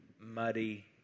muddy